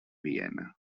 viena